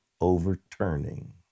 overturning